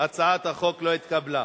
הצעת החוק לא התקבלה.